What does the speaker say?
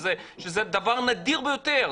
שזה דבר נדיר ביותר.